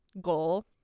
goal